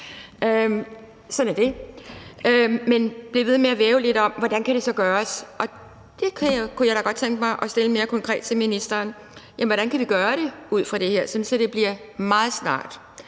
sådan er det – men som blev ved med at væve lidt om, hvordan det så kunne gøres. Det spørgsmål kunne jeg da godt tænke mig at stille mere konkret til ministeren: Hvordan kan vi gøre det ud fra det her, sådan at det bliver meget snart